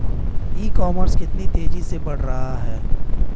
E commerce कितनी तेजी से बढ़ रहा है?